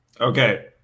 Okay